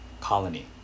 colony